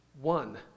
one